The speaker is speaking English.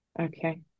Okay